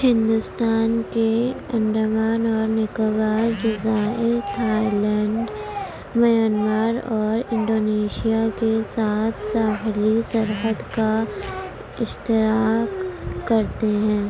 ہندوستان کے انڈمان اور نکوبار جزائر تھائی لینڈ میانمار اور انڈونیشیا کے ساتھ ساحلی سرحد کا اشتراک کرتے ہیں